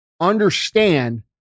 understand